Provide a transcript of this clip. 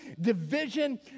division